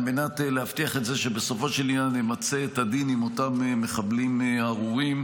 על מנת להבטיח שבסופו של עניין נמצה את הדין עם אותם מחבלים ארורים.